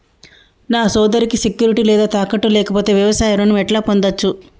నా సోదరికి సెక్యూరిటీ లేదా తాకట్టు లేకపోతే వ్యవసాయ రుణం ఎట్లా పొందచ్చు?